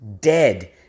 dead